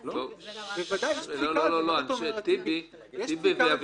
יש פסיקה על